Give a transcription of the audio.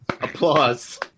Applause